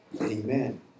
Amen